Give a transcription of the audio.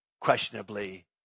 questionably